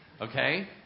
Okay